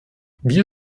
wir